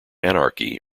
anarchy